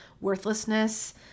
worthlessness